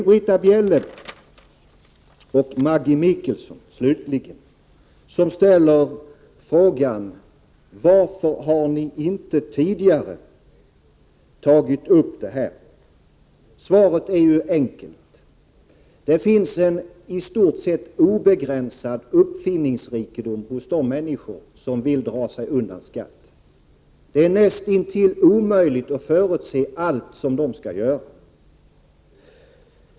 Britta Bjelle och Maggi Mikaelsson ställer frågan: Varför har ni inte 141 tidigare tagit upp det här? Svaret är enkelt. Det finns en i stort sett obegränsad uppfinningsrikedom hos de människor som vill dra sig undan skatt. Det är näst intill omöjligt att förutse allt som de skall göra.